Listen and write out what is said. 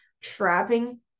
trapping